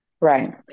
right